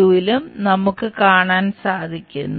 വിലും നമുക്ക് കാണാൻ സാധിക്കുന്നു